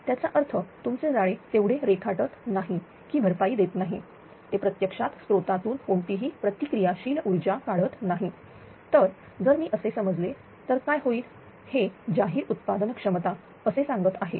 त्याचा अर्थ तुमचे जाळे तेवढे रेखाटत नाही की भरपाई देत नाही ते प्रत्यक्षात स्त्रोतातून कोणतीही प्रतिक्रिया शील ऊर्जा काढत नाही तर जर मी असे समजले तर काय होईल हे जाहीर उत्पादन क्षमता असे सांगत आहे